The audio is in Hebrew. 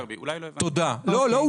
תודה לכם.